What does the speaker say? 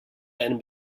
einem